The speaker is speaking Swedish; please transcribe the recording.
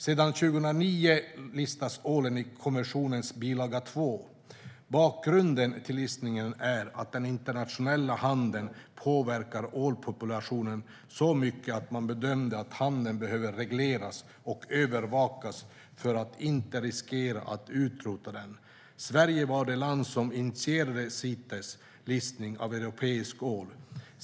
Sedan 2009 listas ålen i konventionens bilaga II. Bakgrunden till listningen är att den internationella handeln påverkade ålpopulationen så mycket att man bedömde att handeln behövde regleras och övervakas för att inte riskera att utrota den. Sverige var det land som initierade Citeslistningen av europeisk ål.